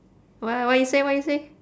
wha~ what you say what you say